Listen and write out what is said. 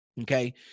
Okay